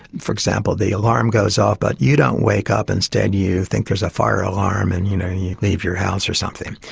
for example, the alarm goes off but you don't wake up, instead you think there's a fire alarm and you know you leave your house or something.